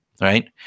right